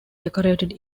decorated